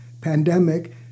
pandemic